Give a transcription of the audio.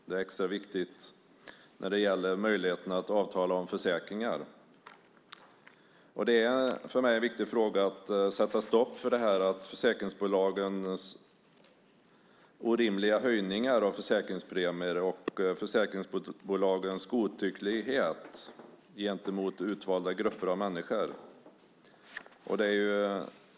Det är extra viktigt när det gäller möjligheten att avtala om försäkringar. För mig är det viktigt att sätta stopp för försäkringsbolagens orimliga höjningar av försäkringspremier och försäkringsbolagens godtycklighet gentemot utvalda grupper av människor.